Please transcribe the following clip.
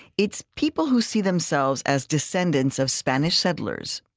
it's people who see themselves as descendants of spanish settlers,